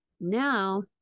now